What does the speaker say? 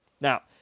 Now